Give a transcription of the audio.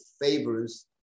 favors